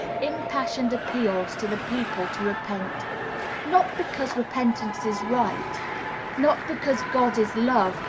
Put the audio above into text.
impassioned appeals to the people to repent not because repentance is right not because god is love,